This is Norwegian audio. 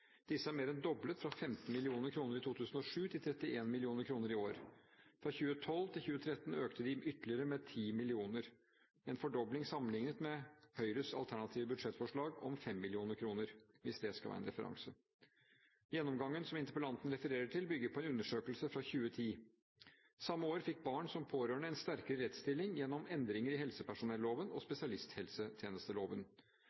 Disse er mer enn doblet, fra 15 mill. kr i 2007 til 31 mill. kr i år. Fra 2012 til 2013 økte de med ytterligere 10 mill. kr – en fordobling sammenliknet med Høyres alternative budsjettforslag om 5 mill. kr, hvis det skal være en referanse. Gjennomgangen som interpellanten refererer til, bygger på en undersøkelse fra 2010. Samme år fikk barn som pårørende en sterkere rettsstilling gjennom endringer i helsepersonelloven og